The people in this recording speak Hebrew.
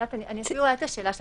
אני אפילו --- את השאלה שלנו,